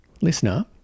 listener